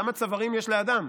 כמה צווארים יש לאדם?